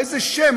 איזה שם,